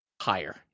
Higher